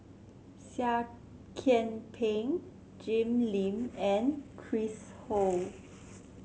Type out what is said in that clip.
Seah Kian Peng Jim Lim and Chris Ho